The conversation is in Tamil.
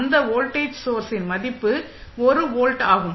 அந்த வோல்டேஜ் சோர்ஸின் மதிப்பு 1 வோல்ட் ஆகும்